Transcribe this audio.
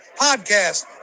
Podcast